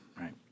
right